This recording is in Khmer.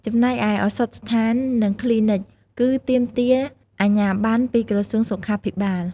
ចំណែកឯ ឱសថស្ថាន និងគ្លីនិក គឺទាមទារអាជ្ញាប័ណ្ណពីក្រសួងសុខាភិបាល។